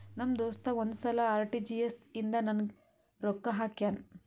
ನಮ್ ದೋಸ್ತ ಒಂದ್ ಸಲಾ ಆರ್.ಟಿ.ಜಿ.ಎಸ್ ಇಂದ ನಂಗ್ ರೊಕ್ಕಾ ಹಾಕ್ಯಾನ್